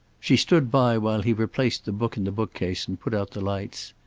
she stood by while he replaced the book in the bookcase and put out the lights.